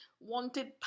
wanted